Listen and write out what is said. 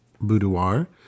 boudoir